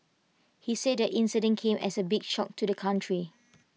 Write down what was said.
he said the incident came as A big shock to the country